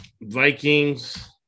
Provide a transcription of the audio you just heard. Vikings